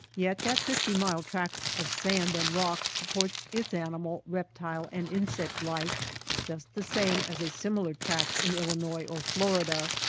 yet that fifty-mile tract of sand and rock supports its animal, reptile and insect life just the same as a similar tract in illinois or florida.